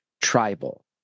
Tribal